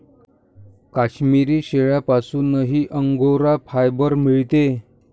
काश्मिरी शेळ्यांपासूनही angora fibre मिळते